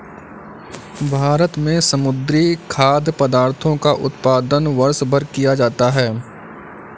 भारत में समुद्री खाद्य पदार्थों का उत्पादन वर्षभर किया जाता है